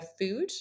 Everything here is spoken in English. Food